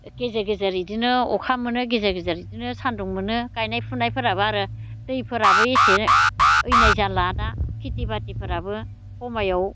गेजेर गेजेर बिदिनो अखा मोनो गेजेर गेजेर बिदिनो सानदुं मोनो गायनाय फुनायफोराबो आरो दैफोराबो एसे ओयनाय जाला दा खेथि बाथिफोराबो समयाव